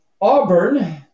Auburn